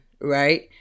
right